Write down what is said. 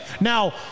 Now